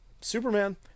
Superman